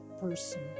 person